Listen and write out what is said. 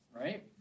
right